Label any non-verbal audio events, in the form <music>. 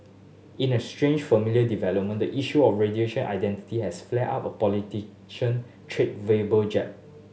in a strange familiar development the issue of <unintelligible> identity has flared up <unintelligible> politician traded verbal jab